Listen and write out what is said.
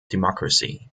democracy